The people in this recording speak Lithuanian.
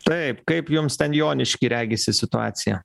taip kaip jums ten jonišky regisi situacija